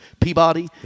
Peabody